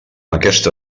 aquesta